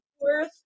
Worth